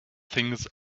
things